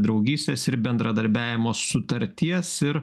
draugystės ir bendradarbiavimo sutarties ir